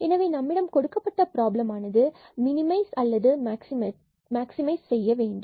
எனவே நம்மிடம் கொடுக்கப்பட்ட ப்ராப்லமை மினிமைஸ் அல்லது மாக்ஸிமைஸ் செய்ய வேண்டும்